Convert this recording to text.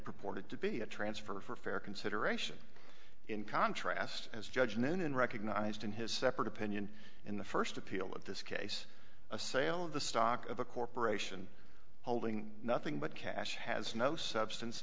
purported to be a transfer for fair consideration in contrast as judge and then unrecognized in his separate opinion in the first appeal of this case a sale of the stock of a corporation holding nothing but cash has no substance